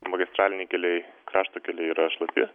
magistraliniai keliai krašto keliai yra šlapi